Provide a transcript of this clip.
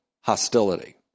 hostility